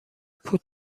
پول